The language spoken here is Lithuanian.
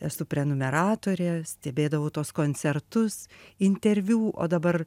esu prenumeratorė stebėdavau tuos koncertus interviu o dabar